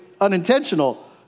unintentional